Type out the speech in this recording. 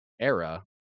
era